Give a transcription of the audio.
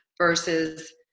versus